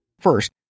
First